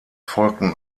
folgten